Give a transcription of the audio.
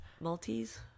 Maltese